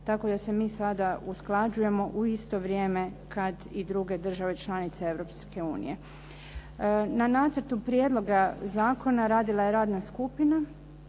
tako da se mi sada usklađujemo u isto vrijeme kad i druge države članice Europske unije. Na nacrtu prijedloga zakona radila je radna skupina